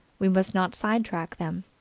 we must not sidetrack them.